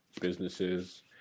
businesses